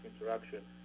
interaction